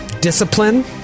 discipline